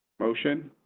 motion